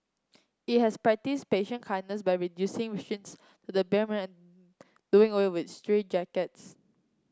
it has practised patient kindness by reducing restraints to the bare and doing away with straitjackets